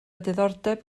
diddordeb